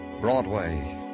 Broadway